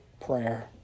prayer